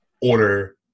order